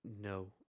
No